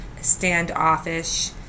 standoffish